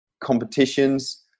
competitions